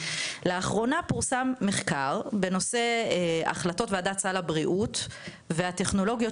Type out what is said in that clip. לאחרונה פורסם מחקר בנושא החלטות וועדת סל הבריאות והטכנולוגיות